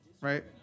right